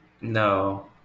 No